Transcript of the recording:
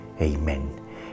Amen